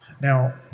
Now